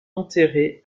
enterré